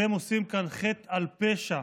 אתם מוסיפים כאן חטא על פשע.